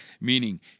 meaning